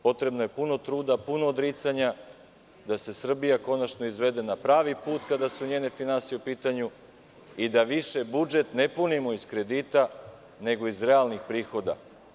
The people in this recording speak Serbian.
Potrebno je puno truda, puno odricanja da se Srbija konačno izvede na pravi put kada su njene finansije u pitanju i da više budžet ne punimo iz kredita, nego iz realnih prihoda.